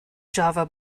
java